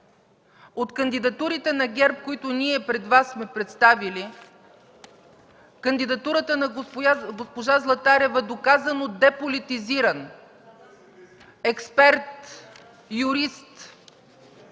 От кандидатурите на ГЕРБ, които сме представили пред Вас, е кандидатурата на госпожа Златарева – доказано деполитизиран експерт, юрист,